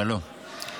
שלום.